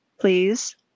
please